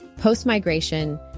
Post-migration